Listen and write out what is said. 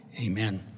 Amen